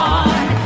on